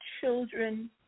children